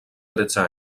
tretze